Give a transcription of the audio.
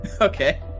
okay